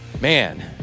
Man